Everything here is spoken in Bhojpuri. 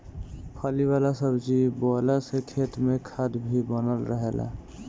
फली वाला सब्जी बोअला से खेत में खाद भी बनल रहेला